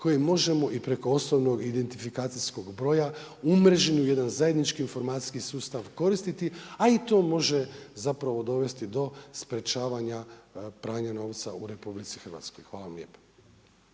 koje možemo i preko OIB-a umreženo u jedan zajednički informacijski sustav koristiti, a i to može dovesti do sprečavanja pranja novca u RH. Hvala vam lijepa.